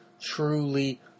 truly